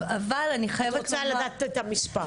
אבל אני חייבת --- את רוצה לדעת את המספר.